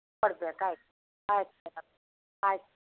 ಕೊಡ್ಬೇಕು ಆಯ್ತು ಆಯ್ತು ಮೇಡಮ್ ಆಯ್ತು